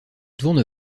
tourne